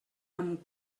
amb